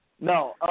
No